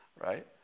right